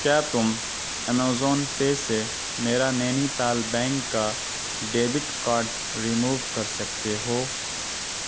کیا تم ایمیزون پے سے میرا نینی تال بینک کا ڈیبٹ کارڈ ریموو کر سکتے ہو